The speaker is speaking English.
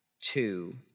two